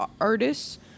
artists